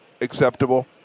acceptable